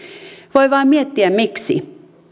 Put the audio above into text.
voi vain miettiä miksi